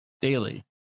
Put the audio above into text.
daily